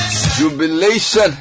jubilation